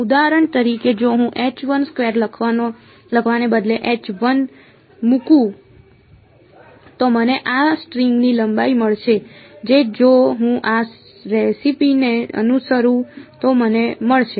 ઉદાહરણ તરીકે જો હું લખવાને બદલે મૂકું તો મને આ સ્ટ્રિંગની લંબાઈ મળશે જે જો હું આ રેસીપીને અનુસરું તો મને મળશે